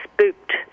spooked